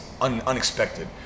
unexpected